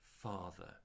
Father